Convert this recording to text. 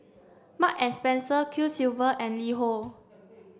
Mark and Spencer Quiksilver and LiHo